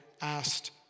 asked